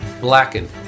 blackened